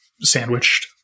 sandwiched